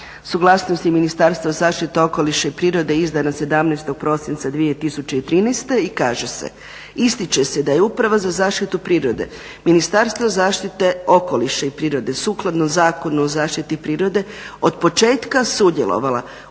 Suglasnost je Ministarstva zaštite okoliša i prirode izdana 17. prosinca 2013. i kaže se: Ističe se da je uprava za zaštitu prirode, Ministarstva zaštite okoliša i prirode sukladno Zakonu o zaštiti prirode od početka sudjelovala